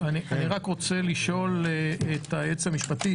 אני רוצה לשאול את היועצת המשפטית,